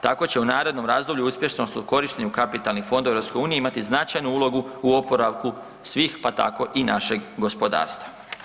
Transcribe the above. Tako će u narednom razdoblju uspješnost u korištenju Kapitalnih fondova EU imati značajnu ulogu u oporavku svih, pa tako i našeg gospodarstva.